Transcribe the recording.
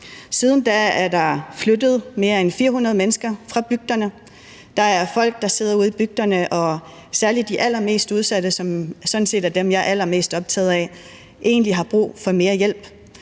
Siden da er der flyttet mere end 400 mennesker fra bygderne. Der er folk, der sidder ude i bygderne – særlig de allermest udsatte, som sådan set er dem, jeg er allermest